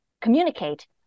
communicate